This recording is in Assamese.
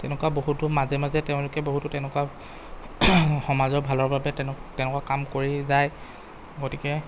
তেনেকুৱা বহুতো মাজে মাজে তেওঁলোকে বহুতো তেনেকুৱা সমাজৰ ভালৰ বাবে তেনেকুৱা কাম কৰি যায় গতিকে